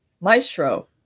Maestro